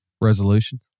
resolution